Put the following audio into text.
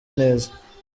neza